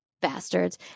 Bastards